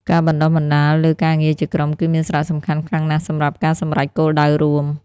ការបណ្តុះបណ្តាលលើការងារជាក្រុមគឺមានសារៈសំខាន់ខ្លាំងណាស់សម្រាប់ការសម្រេចគោលដៅរួម។